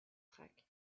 track